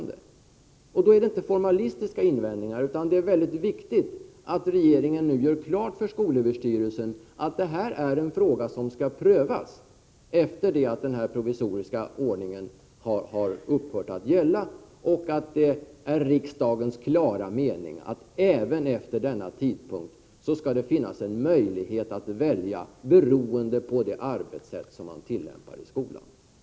Det är alltså inte fråga om formalistiska invändningar, utan det är viktigt att regeringen gör klart för skolöverstyrelsen att den här frågan måste prövas efter det att den provisoriska ordningen har upphört att gälla. Det bör också sägas att det är riksdagens klara mening att det även efter denna tidpunkt skall finnas möjlighet att välja beroende på det arbetssätt som tillämpas i skolan.